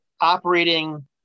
operating